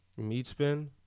Meatspin